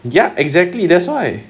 ya exactly that's why